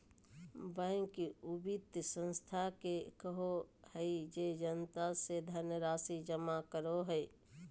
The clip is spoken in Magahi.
बैंक उ वित संस्था के कहो हइ जे जनता से धनराशि जमा करो हइ